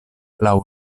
laŭ